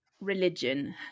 religion